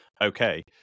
okay